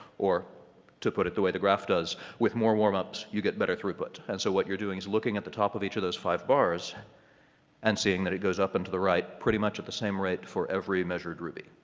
or to put it the way the graph does with more warmups you get better through-put. and so what you're doing is looking at the top of each other's five bars and seeing that it goes up and to the right pretty much at the same rate for every measured ruby.